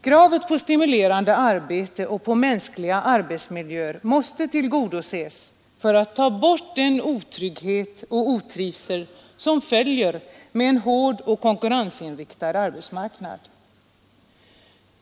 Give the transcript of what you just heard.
Kravet på stimulerande arbete och mänskliga arbetsmiljöer måste tillgodoses för att ta bort den otrygghet och otrivsel som följer med en hård och konkurrensinriktad arbetsmarknad.